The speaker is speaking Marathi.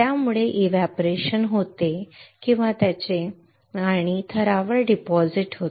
त्यामुळे ते एव्हपोरेशन होते किंवा त्याचे एव्हपोरेशन होते आणि थरावर डिपॉझिट होते